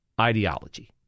ideology